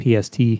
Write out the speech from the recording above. PST